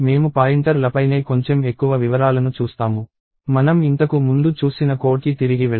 మనం ఇంతకు ముందు చూసిన కోడ్కి తిరిగి వెళ్దాం